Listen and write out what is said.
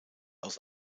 aus